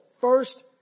first